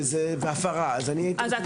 אני אסביר.